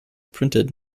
printed